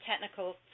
technical